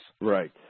Right